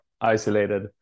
isolated